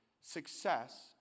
success